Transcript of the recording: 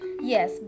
Yes